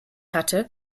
hatte